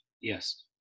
Yes